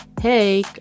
hey